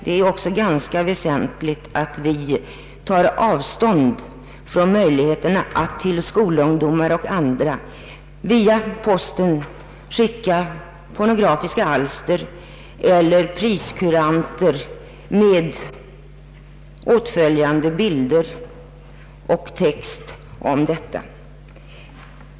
Det är också ganska väsentligt att vi tar avstånd från möjligheterna att till skolungdomar och andra via posten skicka pornografiska alster eller priskuranter med åtföljande bilder och text om detta.